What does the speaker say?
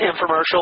infomercial